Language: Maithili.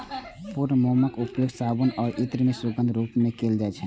पूर्ण मोमक उपयोग साबुन आ इत्र मे सुगंधक रूप मे कैल जाइ छै